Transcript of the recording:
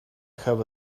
have